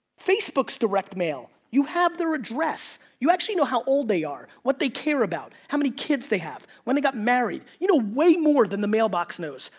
facebook's direct mail, you have they're address. you actually know how old they are, what they care about, how many kids they have, when they got married. you know way more than the mailbox knows.